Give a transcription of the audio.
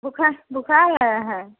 बुखा बुखार आया है